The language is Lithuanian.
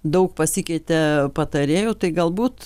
daug pasikeitė patarėjų tai galbūt